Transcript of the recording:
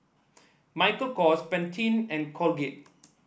Michael Kors Pantene and Colgate